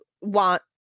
want